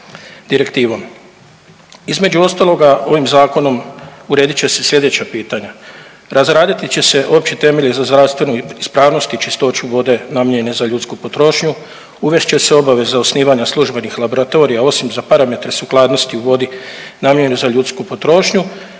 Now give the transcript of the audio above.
Između ostaloga ovim zakonom uredit će se sljedeća pitanja, razraditi će se opći temelji za zdravstvenu ispravnost i čistoću vode namijenjenu za ljudsku potrošnju, uvest će obaveza osnivanja službenih laboratorija osim za parametre sukladnosti u vodi namijenjene za ljudsku potrošnju,